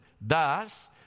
Thus